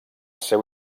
seu